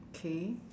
okay